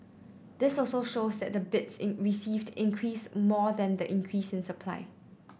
this also shows that the bids received increased more than the increase in supply